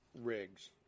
rigs